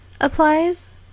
applies